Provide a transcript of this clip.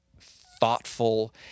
thoughtful